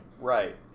Right